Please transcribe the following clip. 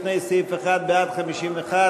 לפני סעיף 1 של קבוצת סיעת יש עתיד,